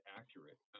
accurate